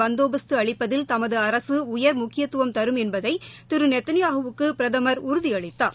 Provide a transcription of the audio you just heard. பந்தோபஸ்து அளிப்பதில் தமது அரசு உயர் முக்கியத்துவம் தரும் என்பதை திரு நேதன்யாஹூவுக்கு பிரதமர் உறுதியளித்தார்